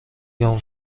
گـم